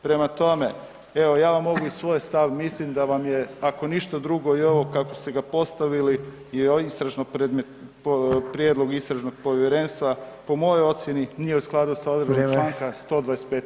Prema tome, evo ja vam mogu i svoj stav, mislim da vam je ako ništa drugo i ovo kako ste ga postavili prijedlog istražnog povjerenstva po mojoj ocjeni nije u skladu sa odredbom članka [[Upadica Sanader: Vrijeme.]] 125.